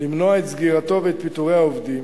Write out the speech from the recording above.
למנוע את סגירתו ואת פיטורי העובדים,